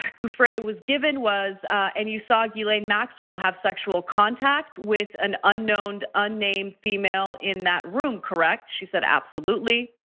giufrey was given was and you saw ghislaine maxwell have sexual contact with an unknown unnamed female in that room. correct? she said absolutely.